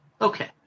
Okay